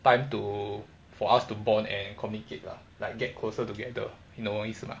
time to for us to bond and communicate lah like get closer together you know 我的意思吗